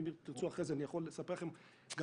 ואם תרצו אחרי זה אני יכול לספר לכם גם